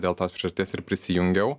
dėl tos priežasties ir prisijungiau